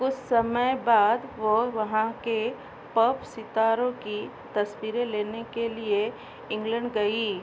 कुछ समय बाद वे वहाँ के पॉप सितारों की तस्वीरें लेने के लिए इंग्लैंड गई